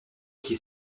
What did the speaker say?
qui